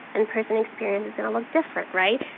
in-person experience is gonna look different, right.